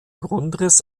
grundriss